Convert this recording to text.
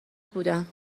بودم